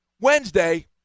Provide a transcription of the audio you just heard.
Wednesday